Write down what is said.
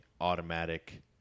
automatic